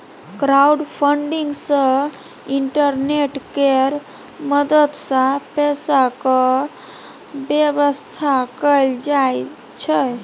crowdfunding सँ internet केर मदद सँ पैसाक बेबस्था कएल जाइ छै